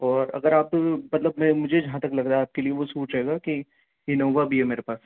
اور اگر آپ مطلب میں مجھے جہاں تک لگ رہا ہے آپ کے لیے وہ سوٹ رہے گا کہ انووا بھی ہے میرے پاس